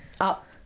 up